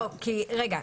לא, רגע.